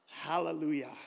Hallelujah